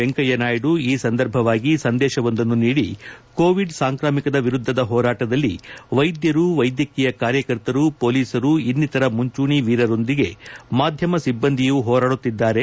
ವೆಂಕಯ್ಯನಾಯ್ಡ ಈ ಸಂದರ್ಭವಾಗಿ ಸಂದೇಶವೊಂದನ್ನು ನೀಡಿ ಕೋವಿಡ್ ಸಾಂಕ್ರಾಮಿಕ ವಿರುದ್ಧದ ಹೋರಾಟದಲ್ಲಿ ವೈದ್ಯರು ವೈದ್ಯಕೀಯ ಕಾರ್ಯಕರ್ತರು ಮೊಲೀಸರು ಇನ್ನಿತರ ಮುಂಚೂಣಿ ವೀರರೊಂದಿಗೆ ಮಾಧ್ಯಮ ಸಿಬ್ಬಂದಿಯೂ ಪೋರಾಡುತ್ತಿದ್ದಾರೆ